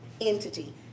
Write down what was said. entity